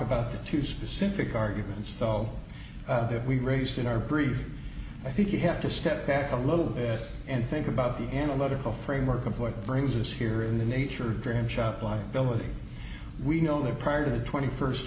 about the two specific arguments though that we raised in our brief i think you have to step back a little bit and think about the analytical framework of what brings us here in the nature of dram shop liability we know that prior to the twenty first